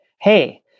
hey